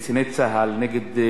נגד חיילי צה"ל,